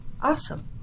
Awesome